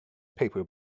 paper